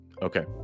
Okay